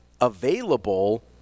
available